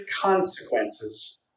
consequences